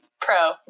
Pro